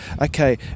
okay